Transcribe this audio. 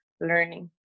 learning